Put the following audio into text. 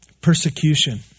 Persecution